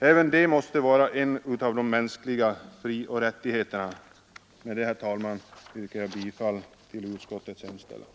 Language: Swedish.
Även det måste vara en del av de mänskliga frioch rättigheterna. Med det anförda, herr talman, yrkar jag bifall till utskottets hemställan.